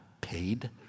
paid